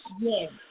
Yes